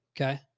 Okay